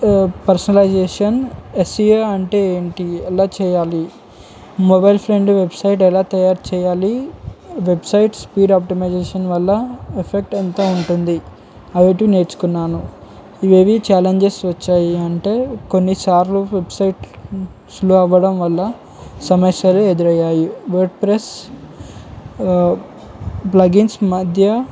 personalisation ఎస్సఏ అంటే ఏంటి ఎలా చేయాలి మొబైల్ ఫ్రెండ్ వెబ్సైట్ ఎలా తయారు చేయాలి వెబ్సైట్ స్పీడ్ ఆప్టమైజేషన్ వల్ల ఎఫెక్ట్ ఎంత ఉంటుంది అవిటి నేర్చుకున్నాను ఇవేవి ఛాలెంజెస్ వచ్చాయి అంటే కొన్నిసార్లు వెబ్సైట్ స్లో అవ్వడం వల్ల సమస్యలు ఎదురయ్యాయి వర్డ్ ప్రెస్ ప్లగిన్స్ మధ్య